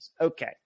Okay